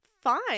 fine